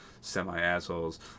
semi-assholes